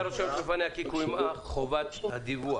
רושמת לפניה כי קוימה חובת הדיווח,